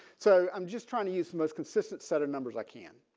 so i'm just trying to use the most consistent set of numbers i can.